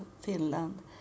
Finland